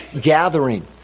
gathering